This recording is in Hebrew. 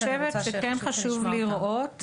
אני חושבת שכן חשוב לראות